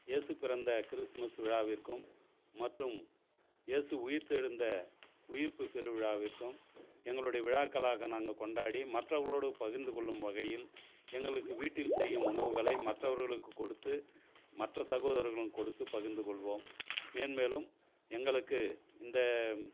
ஏசு பிறந்த கிறிஸ்மஸ் விழாவிற்கும் மற்றும் ஏசு உயிர்த்தெழுந்த உயிர்ப்பு பெருவிழாவிற்கும் எங்களுடைய விழாக்களாக நாங்கள் கொண்டாடி மற்றவர்களோடு பகிர்ந்துக்கொள்ளும் வகையில் எங்களுக்கு வீட்டில் செய்யும் உணவுகளை மற்றவர்களுக்குக் கொடுத்து மற்ற சகோதரர்களும் கொடுத்து பகிர்ந்துக்கொள்வோம் மேன்மேலும் எங்களுக்கு இந்த